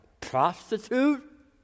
prostitute